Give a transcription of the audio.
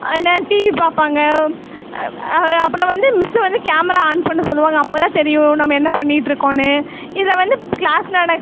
என்ன டிவி பார்ப்பாங்க அப்புறம் வந்து மிஸ்ஸு வந்து கேமரா ஆன் பண்ண சொல்லுவாங்க அப்போ தான் தெரியும் நம்ம என்ன பண்ணிட்டுருக்கோம்னு இதில் வந்து க்ளாஸில் நடக்